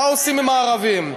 מה עושים עם הערבים.